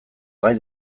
gai